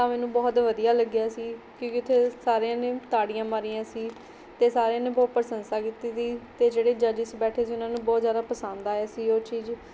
ਤਾਂ ਮੈਨੂੰ ਬਹੁਤ ਵਧੀਆ ਲੱਗਿਆ ਸੀ ਕਿਉਂਕਿ ਉੱਥੇ ਸਾਰਿਆਂ ਨੇ ਤਾੜੀਆਂ ਮਾਰੀਆਂ ਸੀ ਅਤੇ ਸਾਰਿਆਂ ਨੇ ਬਹੁਤ ਪ੍ਰਸ਼ੰਸਾ ਕੀਤੀ ਤੀ ਅਤੇ ਜਿਹੜੇ ਜੱਜਿਸ ਬੈਠੇ ਸੀ ਉਹਨਾਂ ਨੂੰ ਬਹੁਤ ਜ਼ਿਆਦਾ ਪਸੰਦ ਆਇਆ ਸੀ ਉਹ ਚੀਜ਼